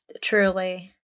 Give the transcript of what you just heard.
Truly